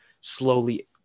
slowly